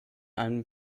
einem